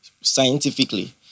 scientifically